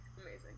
Amazing